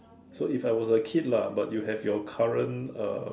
so if I was a kid lah but you have your current ah